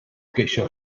geisio